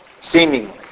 seemingly